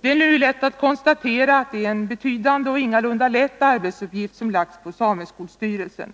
Det är nu lätt att konstatera att det är en betydande och ingalunda enkel arbetsuppgift som lagts på sameskolstyrelsen.